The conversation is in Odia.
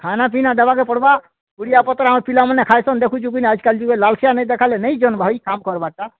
ଖାନାପିନା ଦେବାକେ ପଡ଼୍ବା ପୁଡ଼ିଆ ପତ୍ର ଆମର୍ ପିଲାମାନେ ଖାଇସନ୍ ଦେଖୁଛୁ କିନ୍ ଆଜିକାଲି ଯୁଗରେ ଲାଲ୍ସିଆନ୍ ଦେଖାଇଲେ ନେଇ ଯାନ୍ ଭାଇ କାମ କର୍ବାଟା